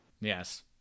Yes